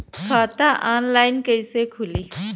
खाता ऑनलाइन कइसे खुली?